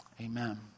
Amen